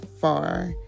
far